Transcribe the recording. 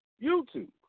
YouTube